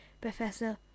Professor